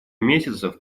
месяцев